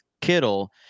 Kittle